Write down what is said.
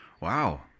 wow